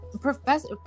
professor